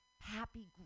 happy